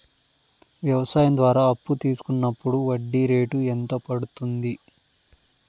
వ్యవసాయం ద్వారా అప్పు తీసుకున్నప్పుడు వడ్డీ రేటు ఎంత పడ్తుంది